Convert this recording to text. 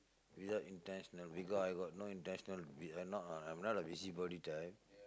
without intentional because I got no intentional I'm not a I'm not a busybody type